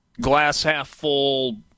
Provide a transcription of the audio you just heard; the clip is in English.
glass-half-full